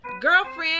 girlfriend